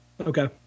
Okay